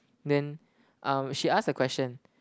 then um she asked a question